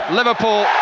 liverpool